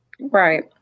Right